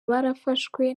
barafashwe